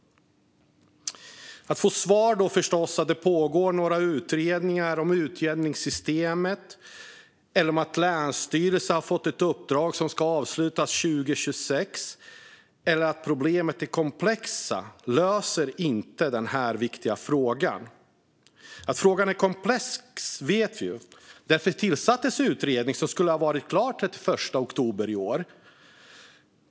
Att få till svar att det pågår några utredningar om utjämningssystemet, att länsstyrelsen har fått ett uppdrag som ska avslutas 2026 eller att frågan är komplex löser inte problemet. Vi vet att frågan är komplex; därför tillsattes en utredning som skulle ha varit klar den 31 oktober i år.